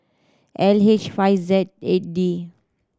L H five Z eight D